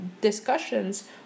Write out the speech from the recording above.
discussions